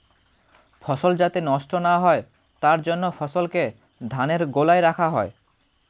ফসল যাতে নষ্ট না হয় তার জন্য ফসলকে ধানের গোলায় রাখা হয়